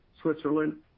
Switzerland